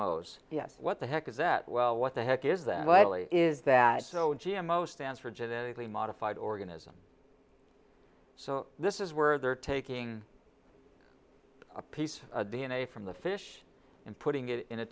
o's yes what the heck is that well what the heck is that likely is that so g m o stands for genetically modified organism so this is where they're taking a piece of d n a from the fish and putting it in a